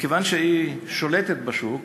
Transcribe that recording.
מכיוון שהיא שולטת בשוק,